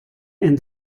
and